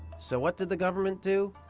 so what did the government do?